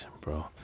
bro